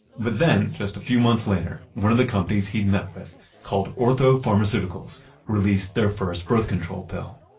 but then just a few months later, one of the companies he'd met with called ortho pharmaceuticals released their first birth control pill.